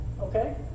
okay